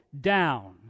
down